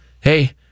Hey